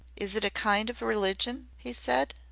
is it a kind of religion? he said.